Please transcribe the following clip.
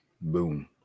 boom